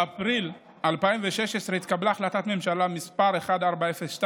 באפריל 2016 התקבלה החלטת ממשלה מס' 1402,